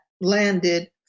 landed